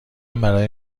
برای